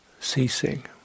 ceasing